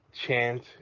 chant